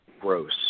gross